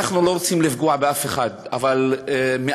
אנחנו לא רוצים לפגוע באף אחד, אבל מאחר